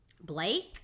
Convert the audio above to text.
blake